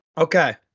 Okay